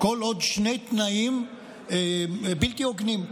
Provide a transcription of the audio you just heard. שני תנאים בלתי הוגנים,